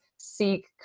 Seek